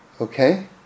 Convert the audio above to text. Okay